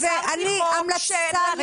אפרת, המלצה שלי